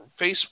Facebook